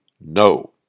no